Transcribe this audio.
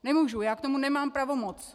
Nemůžu, já k tomu nemám pravomoc.